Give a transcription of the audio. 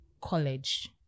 college